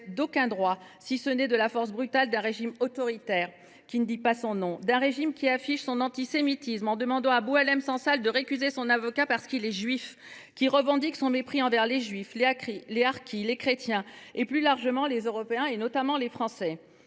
de droit ; elle procède de la force brutale d’un régime autoritaire qui ne dit pas son nom, d’un régime qui affiche son antisémitisme en demandant à Boualem Sansal de récuser son avocat au motif que celui ci est juif, qui revendique son mépris envers les juifs, les harkis, les chrétiens et, plus largement, les Européens, notamment les Français.